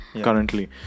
currently